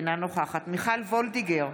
אינה נוכחת מיכל וולדיגר,